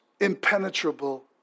impenetrable